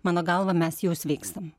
mano galva mes jau sveikstam